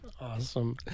Awesome